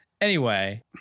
anyway-